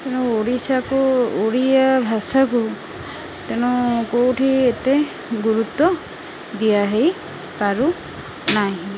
ତେଣୁ ଓଡ଼ିଶାକୁ ଓଡ଼ିଆ ଭାଷାକୁ ତେଣୁ କେଉଁଠି ଏତେ ଗୁରୁତ୍ୱ ଦିଆ ହେଇ ପାରୁନାହିଁ